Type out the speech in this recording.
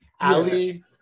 Ali